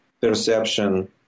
perception